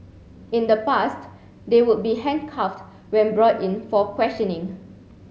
in the past they would be handcuffed when brought in for questioning